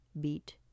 beat